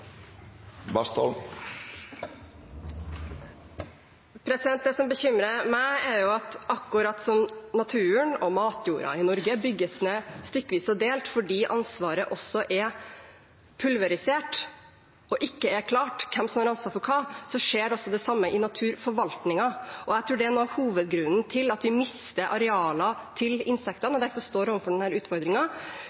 Det som bekymrer meg, er at akkurat slik som naturen og matjorda i Norge bygges ned stykkevis og delt fordi ansvaret er pulverisert og det ikke er klart hvem som har ansvar for hva, skjer også det samme i naturforvaltningen. Jeg tror det er en av hovedgrunnene til at vi mister